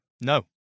No